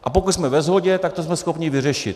A pokud jsme ve shodě, tak to jsme schopni vyřešit.